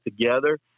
together